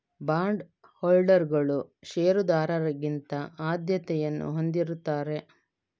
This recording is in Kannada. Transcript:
ಬಾಂಡ್ ಹೋಲ್ಡರುಗಳು ಷೇರುದಾರರಿಗಿಂತ ಆದ್ಯತೆಯನ್ನು ಹೊಂದಿರುತ್ತಾರೆ